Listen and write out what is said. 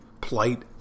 plight